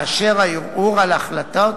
והערעור על החלטות